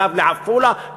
קו לעפולה,